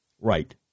Right